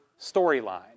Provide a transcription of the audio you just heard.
storyline